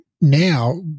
now